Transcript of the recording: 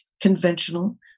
conventional